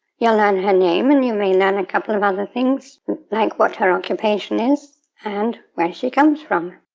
you'll learn her name and you may learn a couple of other things like what her occupation is and where she comes from.